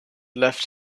left